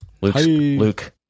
Luke